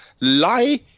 lie